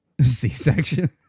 C-section